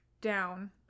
down